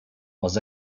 was